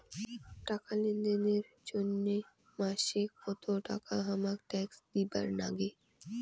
টাকা লেনদেন এর জইন্যে মাসে কত টাকা হামাক ট্যাক্স দিবার নাগে?